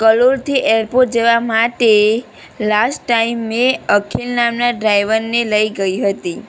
કલોલથી airport જવા માટે last time મેં અખિલ નામના ડ્રાઇવરને લઈ ગઈ હતી